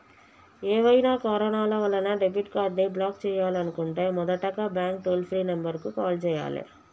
ఏవైనా కారణాల వలన డెబిట్ కార్డ్ని బ్లాక్ చేయాలనుకుంటే మొదటగా బ్యాంక్ టోల్ ఫ్రీ నెంబర్ కు కాల్ చేయాలే